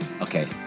Okay